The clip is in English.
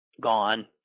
gone